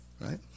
right